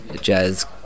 jazz